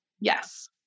Yes